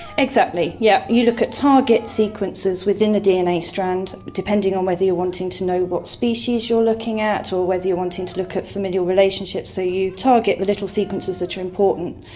exactly, yes, yeah you look at target sequences within the dna strand, depending on whether you're wanting to know what species you're looking at or whether you are wanting to look at familiar relationships. so you target the little sequences that are important,